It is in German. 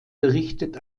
berichtet